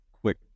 quick